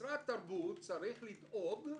משרד תרבות צריך לדאוג,